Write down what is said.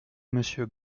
monsieur